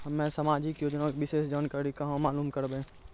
हम्मे समाजिक योजना के विशेष जानकारी कहाँ मालूम करबै?